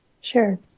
Sure